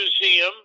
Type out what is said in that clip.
museum